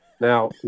Now